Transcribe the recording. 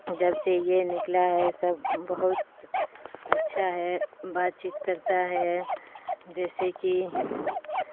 جب سے یہ نکلا ہے سب بہت اچھا ہے بات چیت کرتا ہے جیسے کہ